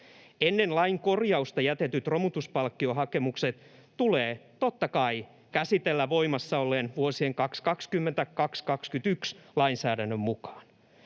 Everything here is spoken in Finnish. Ennen lain korjausta jätetyt romutuspalkkiohakemukset tulee totta kai käsitellä voimassa olleen vuosien 2020— 2021 lainsäädännön mukaan.